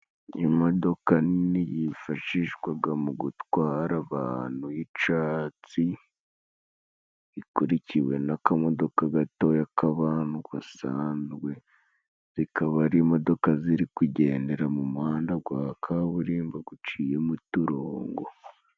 Imodoka nini y'ifashishwaga mu gutwara abantu y'icatsi, ikurikiwe n'akamodoka gato ya k,abantu gasanzwe, rikaba ari imodoka, ziri kugendera mu muhanda gwa kaburimbo guciyemo uturongo.